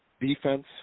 defense